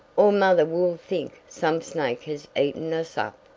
or mother will think some snake has eaten us up.